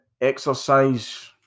exercise